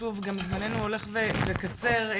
גם זמננו הולך וקצר,